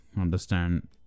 understand